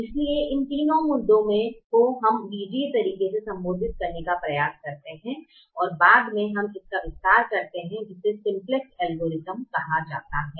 इसलिए इन तीन मुद्दों को हम एक बीजीय तरीके से संबोधित करने का प्रयास करते हैं और बाद में हम इसका विस्तार करते हैं जिसे सिम्प्लेक्स एल्गोरिथम कहा जाता है